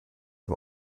dem